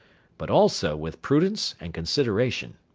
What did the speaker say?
but also with prudence and consideration.